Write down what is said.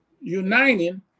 uniting